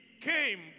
came